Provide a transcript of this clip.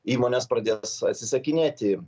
įmonės pradės atsisakinėti